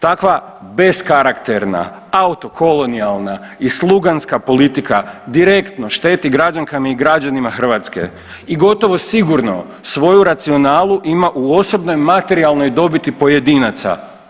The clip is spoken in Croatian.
Takva beskarakterna, autokolonijalna i sluganska politika direktno šteti građankama i građanima Hrvatske i gotovo sigurno svoju racionalnu imaju u osobnoj materijalnoj dobiti pojedinaca.